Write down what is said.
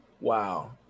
Wow